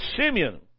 Simeon